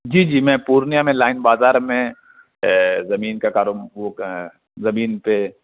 جی جی میں پورنیہ میں لائن بازار میں زمین کا کارو وہ زمین پہ